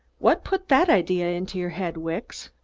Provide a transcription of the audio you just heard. what put that idea into your head, wicks?